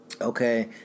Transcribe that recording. okay